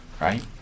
Right